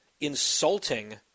insulting